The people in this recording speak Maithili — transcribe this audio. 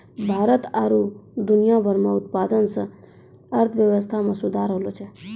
भारत आरु दुनिया भर मे उत्पादन से अर्थव्यबस्था मे सुधार होलो छै